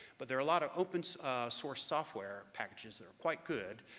but there are a lot of open-source software packages that are quite good,